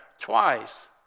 twice